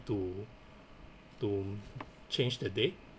to to change the date